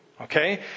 okay